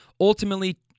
ultimately